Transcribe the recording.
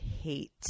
hate